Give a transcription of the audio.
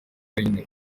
wenyine